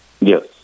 Yes